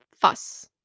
fuss